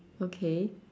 okay